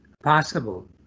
possible